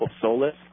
solace